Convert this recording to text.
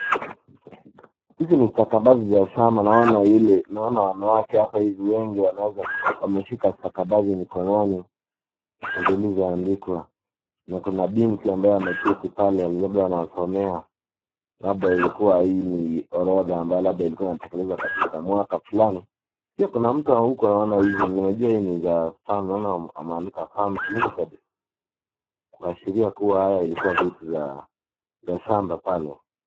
Hizi ni stakabadhi za shamba, naona wanawake wengi hapa ivi wameshika stakabadhi mikononi zilizoandikwa na kuna binti ambaye ameketi pale labda anawasomea , labda hii ni orodha ambayo ilikua inatekelezwa katika mwaka fulani. Pia kuna mtu huko, naona hizi, naona hizi ni za farm naona wameandika farm's limited kuashiria kua ilikua vitu za shamba pale.